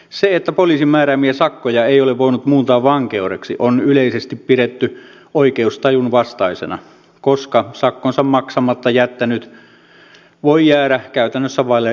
sitä että poliisin määräämiä sakkoja ei ole voinut muuntaa vankeudeksi on yleisesti pidetty oikeustajun vastaisena koska sakkonsa maksamatta jättänyt voi jäädä käytännössä vaille rangaistusta